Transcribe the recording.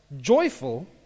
joyful